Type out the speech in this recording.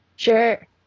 Sure